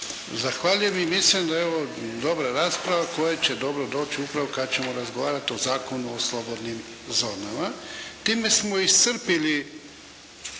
Zahvaljujem. I mislim da je ovo dobra rasprava koja će dobro doći upravo kada ćemo razgovarati o Zakonu o slobodnim zonama. Time smo iscrpili